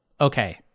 okay